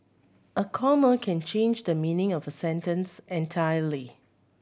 a comma can change the meaning of a sentence entirely